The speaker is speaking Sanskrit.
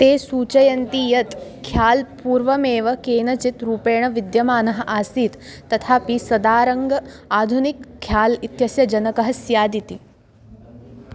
ते सूचयन्ति यत् ख्याल् पूर्वमेव केनचित् रूपेण विद्यमानः आसीत् तथापि सदारङ्गः आधुनिकः ख्याल् इत्यस्य जनकः स्यादिति